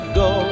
go